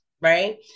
right